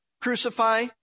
crucify